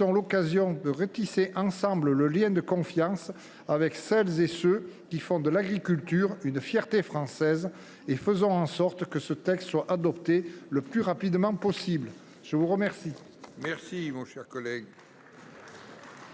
l’occasion de retisser ensemble le lien de confiance avec celles et ceux qui font de l’agriculture une fierté française et faisons en sorte que ce texte soit adopté le plus rapidement possible. La parole